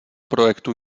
projektu